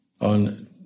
on